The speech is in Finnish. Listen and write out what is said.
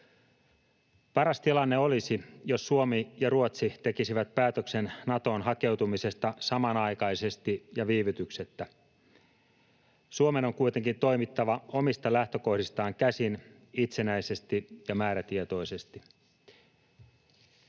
Paras tilanne olisi, jos Suomi ja Ruotsi tekisivät päätöksen Natoon hakeutumisesta samanaikaisesti ja viivytyksettä. Suomen on kuitenkin toimittava omista lähtökohdistaan käsin itsenäisesti ja määrätietoisesti.